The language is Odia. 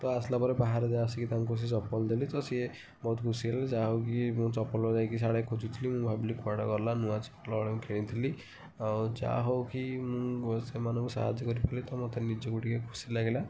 ତ ଆସିଲା ପରେ ବାହାରେ ଯାହା ଆସିକି ତାଙ୍କୁ ସେ ଚପଲ ଦେଲି ତ ସିଏ ବହୁତ ଖୁସି ହେଲେ ଯାହା ହେଉ କି ମୋ ଚପଲ ଯାଇକି ସିଆଡ଼େ ଖୋଜୁଥିଲି ମୁଁ ଭାବିଲି କୁଆଡ଼େ ଗଲା ନୂଆ ଚପଲ ହଳେ ମୁଁ କିଣିଥିଲି ଆଉ ଯାହା ହେଉ କି ମୁଁ ସେମାନଙ୍କୁ ସାହାଯ୍ୟ କରି ପାରିଲି ତ ମୋତେ ନିଜକୁ ଟିକେ ଖୁସି ଲାଗିଲା